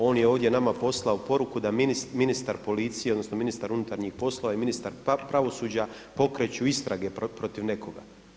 On je ovdje nama poslao poruku da ministar policije, odnosno ministar unutarnjih poslova i ministar pravosuđa pokreću istrage protiv nekoga.